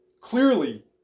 Clearly